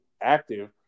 active